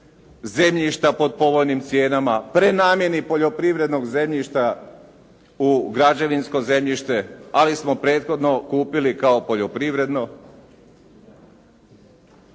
zemljišta po povoljnim cijenama, prenamijeni poljoprivrednog zemljišta, građevinsko zemljište, ali smo prethodno kupili kao poljoprivredno.